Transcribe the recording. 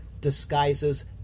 disguises